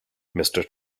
mister